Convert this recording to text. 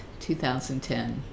2010